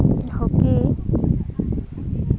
ᱦᱚᱸᱠᱤ